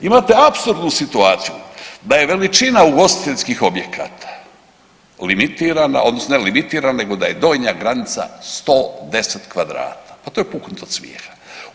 Imate apsurdnu situaciju da je veličina ugostiteljskih objekata limitirana odnosno ne limitirana nego da je donja granica 110 kvadrata, pa to je puknut od smijeha.